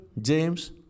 James